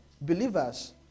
believers